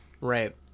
right